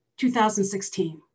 2016